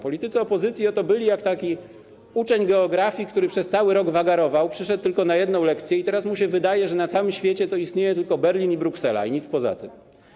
Politycy opozycji byli jak uczeń geografii, który przez cały rok wagarował, przyszedł tylko na jedną lekcję i teraz mu się wydaje, że na całym świecie istnieją tylko Berlin i Bruksela i nic poza tym.